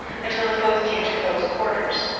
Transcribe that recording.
until the foes came to close quarters,